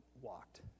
walked